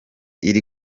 iri